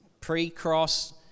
pre-cross